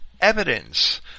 evidence